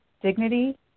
dignity